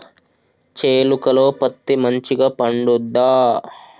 చేలుక లో పత్తి మంచిగా పండుద్దా?